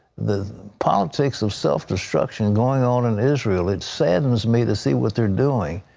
the politics of self-destruction going on in israel, it saddens me to see what they're doing.